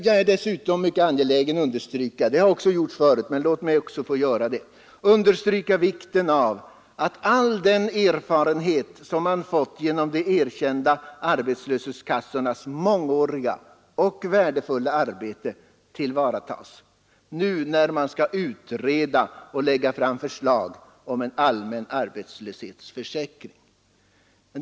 Jag är dessutom angelägen att understryka — jag har gjort det förut, men låt mig göra det igen — vikten av att all den erfarenhet man fått genom de erkända arbetslöshetskassornas mångåriga värdefulla arbete tillvaratas, när man nu skall utreda och lägga fram förslag om en allmän arbetslöshetsförsäkring.